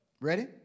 Ready